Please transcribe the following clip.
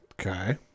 Okay